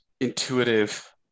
intuitive